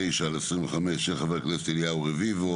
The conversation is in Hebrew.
ו-פ/3029/25 של חבר הכנסת אליהו רביבו